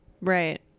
Right